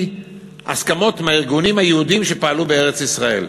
הסכמות מהארגונים היהודיים שפעלו בארץ-ישראל.